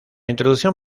introducción